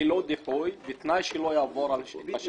ללא דיחוי, בתנאי שלא יעלה על שעה?